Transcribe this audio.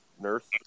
nurse